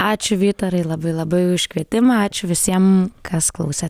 ačiū vytarai labai labai už kvietimą ačiū visiem kas klausė